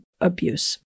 abuse